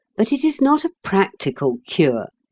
but it is not a practical cure,